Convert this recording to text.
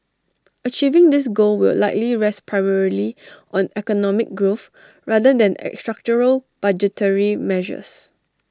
achieving this goal will likely rest primarily on economic growth rather than any structural budgetary measures